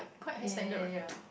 ya ya ya